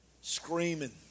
Screaming